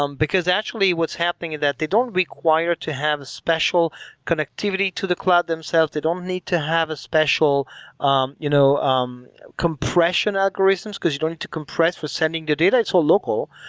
um because actually what's happening, and that they don't require to have a special connectivity to the cloud themselves. they don't need to have a special um you know um compression algorithms, because you don't need to compress for sending the data. it's all local.